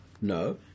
no